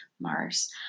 mars